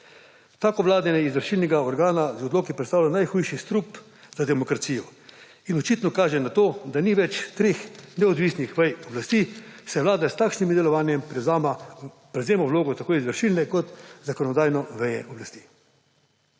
Tako vladanje izvršilnega organa z odloki predstavlja najhujši strup za demokracijo in očitno kaže na to, da ni več treh neodvisnih vej oblasti, saj vlada s takšnim delovanjem prevzema vlogo tako izvršilne kot zakonodajne veje oblasti.